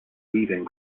weaving